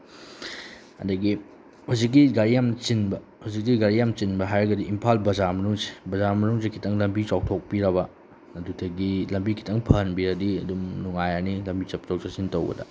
ꯑꯗꯒꯤ ꯍꯧꯖꯤꯛꯀꯤ ꯒꯥꯔꯤ ꯌꯥꯝ ꯆꯤꯟꯕ ꯍꯧꯖꯤꯛꯇꯤ ꯒꯥꯔꯤ ꯌꯥꯝ ꯆꯤꯟꯕ ꯍꯥꯏꯔꯒꯗꯤ ꯏꯝꯐꯥꯜ ꯕꯖꯥꯔ ꯃꯅꯨꯡꯁꯦ ꯕꯖꯥꯔ ꯃꯅꯨꯡꯁꯦ ꯈꯤꯇꯪ ꯂꯝꯕꯤ ꯆꯥꯎꯊꯣꯛꯄꯤꯔꯕ ꯑꯗꯨꯗꯒꯤ ꯂꯝꯕꯤ ꯈꯤꯇꯪ ꯐꯍꯟꯕꯤꯔꯗꯤ ꯑꯗꯨꯝ ꯅꯨꯡꯉꯥꯏꯔꯅꯤ ꯂꯝꯕꯤ ꯆꯠꯊꯣꯛ ꯆꯠꯁꯤꯟ ꯇꯧꯕꯗ